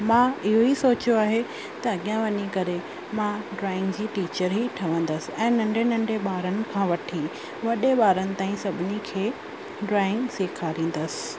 मां इहो ई सोचियो आहे त अॻियां वञी करे मां ड्रॉइंग जी टीचर ही ठहंदसि ऐं नंढे नंढे ॿारनि खां वठी वॾे ॿारनि ताईं सभिनी खे ड्रॉइंग सेखारींदसि